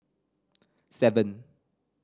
seven